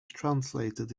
translated